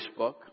Facebook